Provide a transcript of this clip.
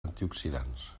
antioxidants